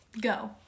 Go